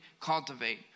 cultivate